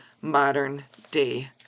modern-day